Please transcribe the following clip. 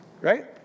right